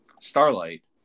Starlight